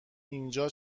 اینجا